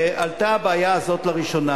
עלתה הבעיה הזאת לראשונה